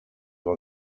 will